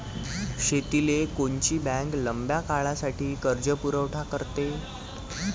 शेतीले कोनची बँक लंब्या काळासाठी कर्जपुरवठा करते?